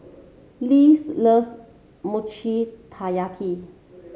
Les loves Mochi Taiyaki